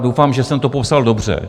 Doufám, že jsem to popsal dobře.